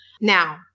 Now